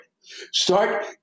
Start